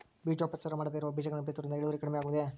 ಬೇಜೋಪಚಾರ ಮಾಡದೇ ಇರೋ ಬೇಜಗಳನ್ನು ಬಿತ್ತುವುದರಿಂದ ಇಳುವರಿ ಕಡಿಮೆ ಆಗುವುದೇ?